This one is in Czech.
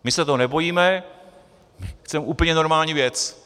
My se toho nebojíme, chceme úplně normální věc.